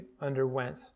underwent